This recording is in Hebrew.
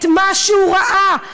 את מה שהוא ראה,